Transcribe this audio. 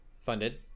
funded